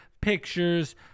pictures